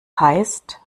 heißt